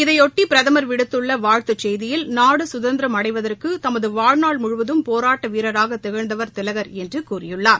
இதையொட்டி பிரதமர் விடுத்துள்ள வாழ்த்துச் செய்தியில் நாடு சுதந்திரம் அடைவதற்கு தமது வாழ்நாள் முழுவதும் போராட்ட வீரராக திகழ்ந்தவர் திலகர் என்று கூறியுள்ளார்